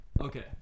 Okay